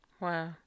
wow